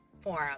forum